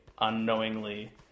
unknowingly